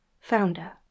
founder